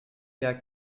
der